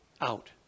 Out